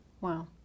Wow